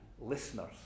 listeners